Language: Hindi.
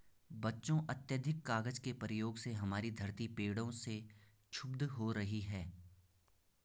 बच्चों अत्याधिक कागज के प्रयोग से हमारी धरती पेड़ों से क्षुब्ध हो रही है